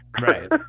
Right